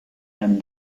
einem